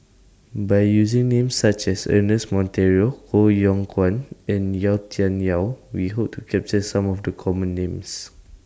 By using Names such as Ernest Monteiro Koh Yong Guan and Yau Tian Yau We Hope to capture Some of The Common Names